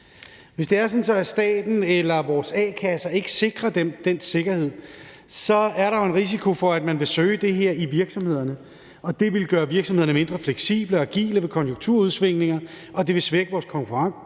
Hvis det er sådan, at staten eller vores a-kasser ikke sikrer den sikkerhed, er der jo en risiko for, at man vil søge det her i virksomhederne, og det vil gøre virksomhederne mindre fleksible og agile ved konjunkturudsving, og det vil svække vores konkurrenceevne